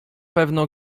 pewno